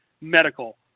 medical